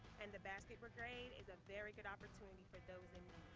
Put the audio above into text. and the basket brigade is a very good opportunity for those in